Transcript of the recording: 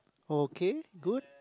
okay good